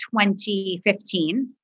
2015